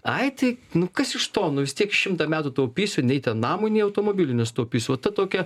ai tai nu kas iš to nu vis tiek šimtą metų taupysiu nei ten namui nei automobiliniui nesutaupysiu va ta tokia